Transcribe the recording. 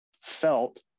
felt